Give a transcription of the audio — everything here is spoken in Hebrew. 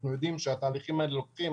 אנחנו יודעים שהתהליכים האלה לוקחים